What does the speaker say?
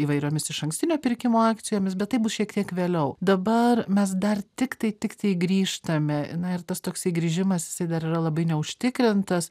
įvairiomis išankstinio pirkimo akcijomis bet tai bus šiek tiek vėliau dabar mes dar tiktai tiktai grįžtame na ir tas toksai grįžimas jisai dar yra labai neužtikrintas